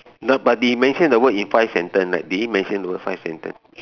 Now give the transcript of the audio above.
no but he mention the word in five sentence like did he mention the word five sentence